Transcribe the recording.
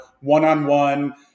one-on-one